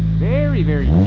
very, very